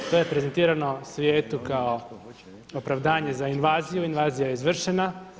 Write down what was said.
To je prezentirano svijetu kao opravdanje za invaziju, invazija je izvršena.